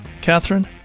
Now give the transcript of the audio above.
Catherine